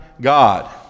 God